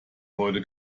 heute